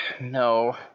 no